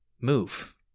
move